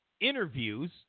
interviews